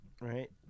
right